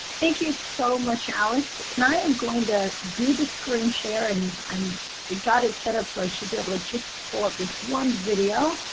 thank you so much, alex. and i am going to do the screen share, and and i've got it set up so i should be able to just pull up this one video.